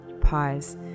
Pause